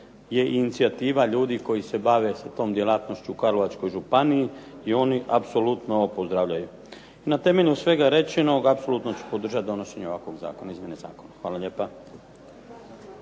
je inicijativa ljudi koji se bave tom djelatnošću u Karlovačkoj županiji i oni apsolutno ovo pozdravljaju. I na temelju svega rečenog, apsolutno ću podržati izmjene i donošenje ovakvog zakona. Hvala lijepa.